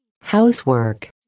Housework